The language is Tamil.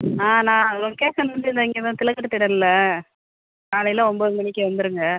ஆ நா லொக்கேஷன் வந்து இதோ இங்கே தான் திலகர் திடல்ல காலையில் ஒம்பது மணிக்கு வந்துடுங்க